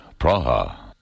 Praha